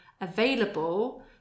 available